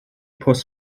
pws